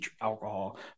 alcohol